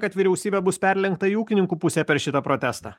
kad vyriausybė bus perlenkta į ūkininkų pusę per šitą protestą